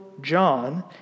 John